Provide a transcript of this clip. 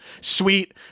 sweet